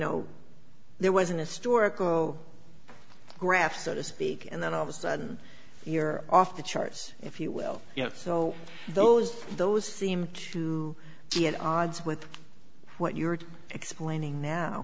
know there was an historical graph so to speak and then all the sudden you're off the charts if you will you know so those those seem to be at odds with what you're explaining now